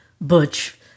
butch